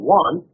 one